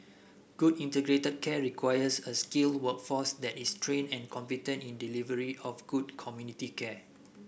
good integrated care requires a skilled workforce that is trained and competent in the delivery of good community care